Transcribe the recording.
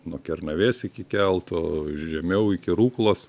nuo kernavės iki kelto žemiau iki ruklos